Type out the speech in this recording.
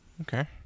Okay